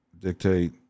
Dictate